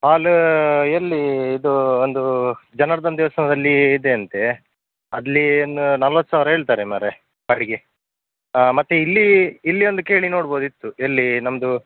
ಹಾಲ್ ಎಲ್ಲಿ ಇದು ಒಂದು ಜನಾರ್ಧನ ದೇವಸ್ಥಾನದಲ್ಲಿ ಇದೆ ಅಂತೆ ಅಲ್ಲಿ ಇನ್ನೂ ನಲ್ವತ್ತು ಸಾವಿರ ಹೇಳ್ತಾರೆ ಮರೆ ಬಾಡಿಗೆ ಹಾಂ ಮತ್ತೆ ಇಲ್ಲಿ ಇಲ್ಲಿ ಒಂದು ಕೇಳಿ ನೋಡ್ಬೋದು ಇತ್ತು ಎಲ್ಲಿ ನಮ್ದು